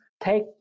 take